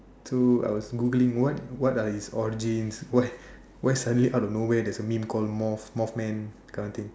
so I was Googling what what are his origins why why suddenly out of no where there's a meme called moth moth man this kind of thing